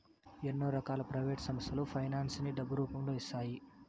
ఎన్నో రకాల ప్రైవేట్ సంస్థలు ఫైనాన్స్ ని డబ్బు రూపంలో ఇస్తాయి